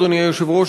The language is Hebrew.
אדוני היושב-ראש,